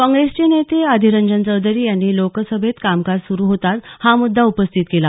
काँग्रेसचे नेते अधीररंजन चौधरी यांनी लोकसभेत कामकाज सुरू होताच हा मुद्दा उपस्थित केला